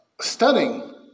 stunning